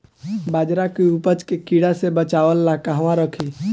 बाजरा के उपज के कीड़ा से बचाव ला कहवा रखीं?